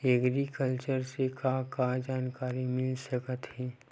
Agriculture से का का जानकारी मिल सकत हे?